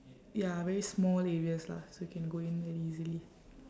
ya very small areas lah so you can go in very easily